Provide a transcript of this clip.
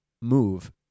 move